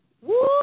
Woo